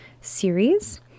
series